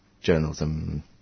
journalism